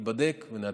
ייבדק ונעדכן.